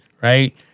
right